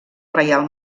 reial